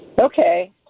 Okay